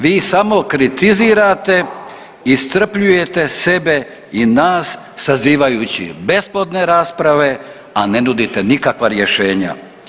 Vi samo kritizirate, iscrpljujete sebe i nas sazivajući besplodne rasprave, a ne nudite nikakva rješenja.